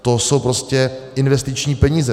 To jsou prostě investiční peníze.